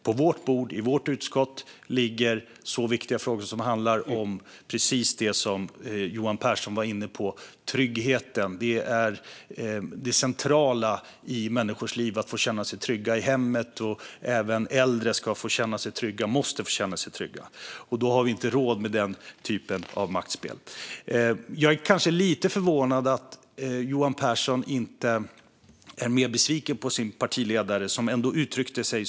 På vårt bord i vårt utskott ligger viktiga frågor som handlar om precis det Johan Pehrson var inne på, tryggheten. Det är centralt för människor att få känna sig trygga i hemmet. Även äldre måste få känna sig trygga. Då har vi inte råd med maktspel. Jag är dock lite förvånad över att Johan Pehrson inte är mer besviken på sin partiledare med tanke på hur hon uttryckte sig.